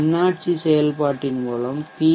தன்னாட்சி செயல்பாட்டின் மூலம் பி